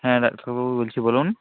হ্যাঁ ডাক্তারবাবু বলছি বলুন